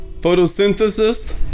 photosynthesis